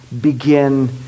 begin